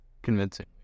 Convincing